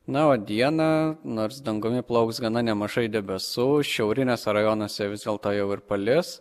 na o dieną nors dangumi plauks gana nemažai debesų šiauriniuose rajonuose vis dėlto jau ir palis